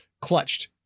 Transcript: clutched